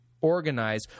organize